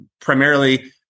primarily